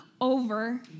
over